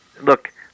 Look